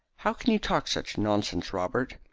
how can you talk such nonsense, robert?